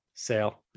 sale